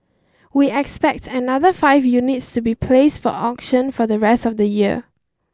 we expect another five units to be placed for auction for the rest of the year